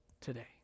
today